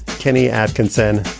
kenny atkinson.